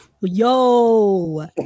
yo